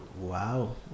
wow